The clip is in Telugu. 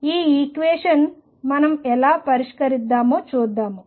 ఈ ఈక్వేషన్ మనం ఎలా పరిష్కరిద్దామో చూద్దాము